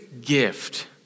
gift